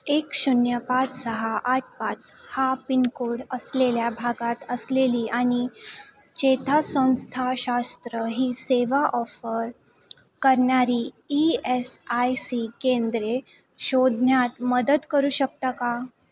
एक शून्य पाच सहा आठ पाच हा पिनकोड असलेल्या भागात असलेली आणि चेतासंस्थाशास्त्र ही सेवा ऑफर करणारी ई एस आय सी केंद्रे शोधण्यात मदत करू शकता का